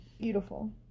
beautiful